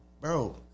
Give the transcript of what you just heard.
Bro